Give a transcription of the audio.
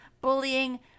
bullying